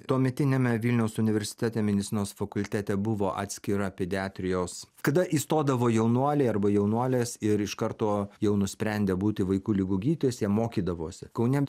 tuometiniame vilniaus universitete medicinos fakultete buvo atskira pediatrijos kada įstodavo jaunuoliai arba jaunuolės ir iš karto jau nusprendė būti vaikų ligų gydytojais jie mokydavosi kaune